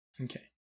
Okay